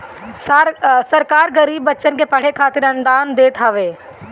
सरकार गरीब बच्चन के पढ़े खातिर अनुदान देत हवे